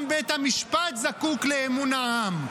גם בית המשפט זקוק לאמון העם,